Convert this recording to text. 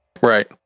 Right